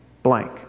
Blank